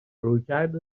رویکرد